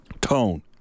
tone